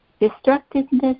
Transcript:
Destructiveness